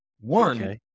One